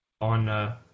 on